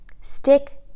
stick